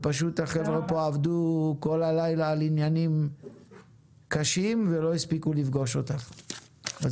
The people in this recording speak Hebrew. פשוט החבר'ה פה עבדו כל הלילה על עניינים קשים ולא הספיקו לפגוש אותך.